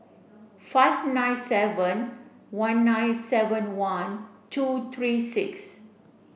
five nine seven one nine seven one two three six